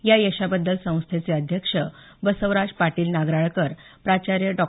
या यशाबद्दल संस्थेचे अध्यक्ष बसवराज पाटील नागराळकर प्राचार्य डॉ